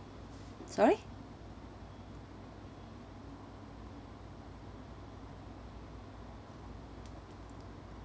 sorry